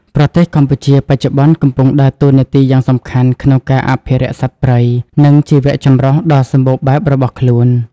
ប្រទេសកម្ពុជាបច្ចុប្បន្នកំពុងដើរតួនាទីយ៉ាងសំខាន់ក្នុងការអភិរក្សសត្វព្រៃ និងជីវៈចម្រុះដ៏សម្បូរបែបរបស់ខ្លួន។